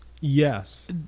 Yes